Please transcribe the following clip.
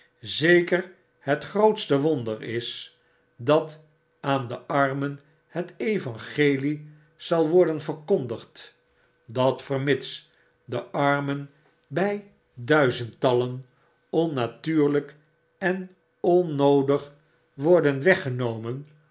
zeker het grootste wonder is dat aan de armen het evangelie zal worden verkondigd dat vermits de armen by duizendtallen onnatuurlyk en onnoodig worden weggenomen